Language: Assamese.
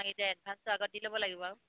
এডভান্সটো আগত দি ল'ব লাগিব আৰু